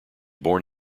born